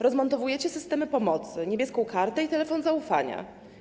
Rozmontowujecie systemy pomocy, niebieską kartę i telefon zaufania.